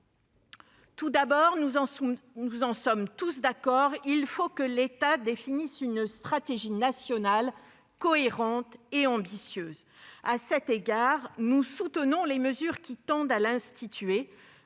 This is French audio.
Tout d'abord, nous en sommes tous d'accord, il faut que l'État définisse une stratégie nationale cohérente et ambitieuse. À cet égard, nous soutenons les mesures qui tendent à définir